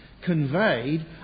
conveyed